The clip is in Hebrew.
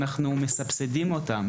האלה.